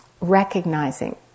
recognizing